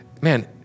man